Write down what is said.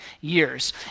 years